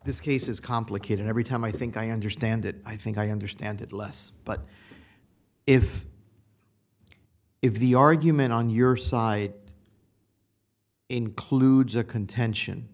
this case is complicated every time i think i understand it i think i understand it less but if if the argument on your side includes a contention